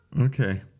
Okay